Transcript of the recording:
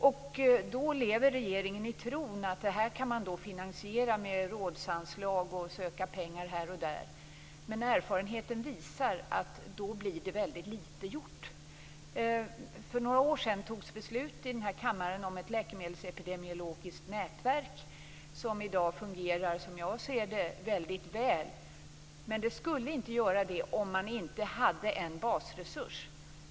Regeringen lever i tron att man kan finansiera detta med rådsanslag och att man kan söka pengar här och där. Men erfarenheten visar att det blir väldigt lite gjort då. För några år sedan togs beslut i denna kammare om ett läkemedelsepidemiologiskt nätverk som i dag, som jag ser det, fungerar väldigt väl. Det skulle inte göra det om man inte hade en basresurs.